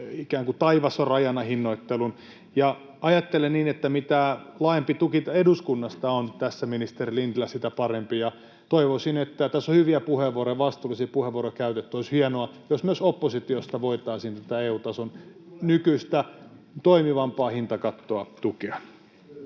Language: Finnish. ikään kuin taivas on rajana ‑hinnoittelun johdannaisilla. Ajattelen niin, että mitä laajempi tuki eduskunnasta on tässä, ministeri Lintilä, sitä parempi. Tässä on hyviä puheenvuoroja, vastuullisia puheenvuoroja käytetty. Olisi hienoa, jos myös oppositiosta voitaisiin tätä EU-tason nykyistä toimivampaa hintakattoa tukea.